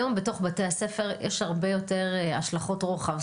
היום, בתוך בתי הספר יש הרבה יותר השלכות רוחב.